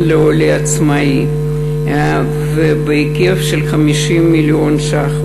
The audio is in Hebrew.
לעולה עצמאי בהיקף של 50 מיליון ש"ח.